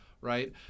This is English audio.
right